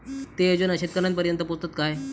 ते योजना शेतकऱ्यानपर्यंत पोचतत काय?